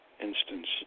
instance